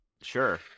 Sure